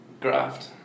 Graft